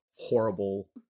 horrible